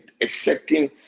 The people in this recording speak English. accepting